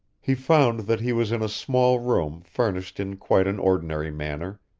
he found that he was in a small room furnished in quite an ordinary manner.